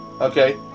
okay